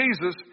Jesus